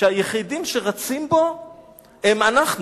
שהיחידים שרצים בו הם אנחנו,